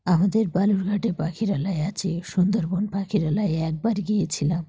আমাদের বালুরঘাটে পাখিরালয় আছে সুন্দরবন পাখিরালয়ে একবার গিয়েছিলাম